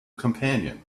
companion